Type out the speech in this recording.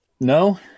no